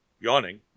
Yawning